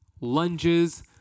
lunges